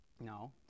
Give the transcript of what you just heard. No